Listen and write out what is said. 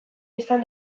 izan